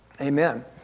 Amen